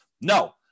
No